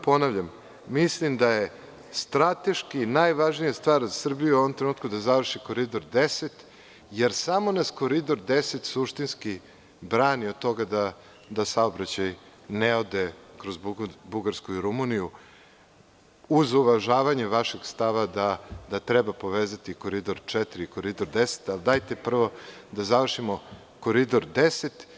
Ponavljam vam, mislim da je strateški najvažnija stvar za Srbiju u ovom trenutku da završi Koridor 10, jer samo nas Koridor 10. suštinski brani od toga da saobraćaj ne ode kroz Bugarsku i Rumuniju, uz uvažavanje vašeg stava da treba povezati i Koridor 4. i Koridor 10, ali dajte prvo da završimo Koridor 10.